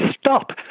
stop